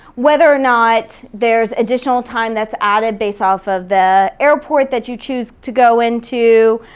whether or not there's additional time that's added based off of the airport that you choose to go into.